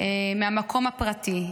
מהמקום הפרטי.